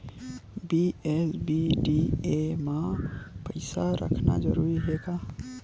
BSBDA मा पईसा रखना जरूरी हे का?